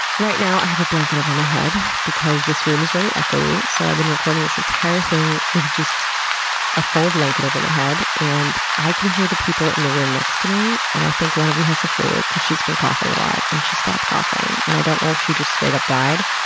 right now, i have a blanket over my head because this room is really echoey. so, i've been recording this entire thing with just a full blanket over my head. and, i can hear the people in the room next to me. and i think one of them has the flu because she's been coughing a lot and she stopped coughing. and i don't know if she just straight-up died.